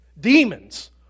Demons